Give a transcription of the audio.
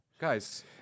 Guys